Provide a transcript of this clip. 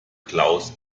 klaus